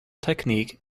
technique